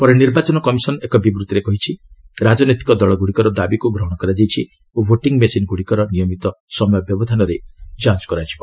ପରେ ନିର୍ବାଚନ କମିଶନ ଏକ ବିବୃତ୍ତିରେ କହିଛି ରାଜନୈତିକ ଦଳଗୁଡ଼ିକର ଦାବିକୁ ଗ୍ରହଣ କରାଯାଇଛି ଓ ଭୋଟିଂ ମେସିନ୍ ଗୁଡ଼ିକର ନିୟମିତ ସମୟ ବ୍ୟବଧାନରେ ଯାଞ୍ଚ କରାଯିବ